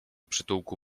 przytułku